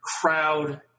crowd